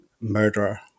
murderer